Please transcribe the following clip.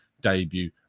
debut